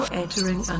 entering